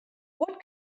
what